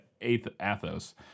Athos